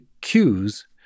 cues